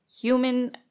human